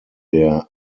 der